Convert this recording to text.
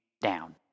down